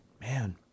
man